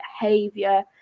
behavior